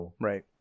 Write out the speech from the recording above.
right